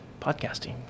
podcasting